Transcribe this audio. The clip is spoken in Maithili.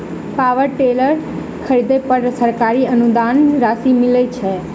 पावर टेलर खरीदे पर सरकारी अनुदान राशि मिलय छैय?